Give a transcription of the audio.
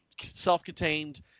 self-contained